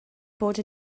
bod